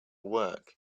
work